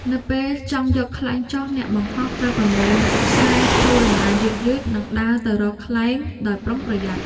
នៅពេលចង់យកខ្លែងចុះ អ្នកបង្ហោះត្រូវប្រមូលខ្សែចូលតម្បារយឺតៗ និងដើរទៅរកខ្លែងដោយប្រុងប្រយ័ត្ន។